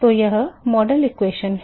तो यह मॉडल समीकरण है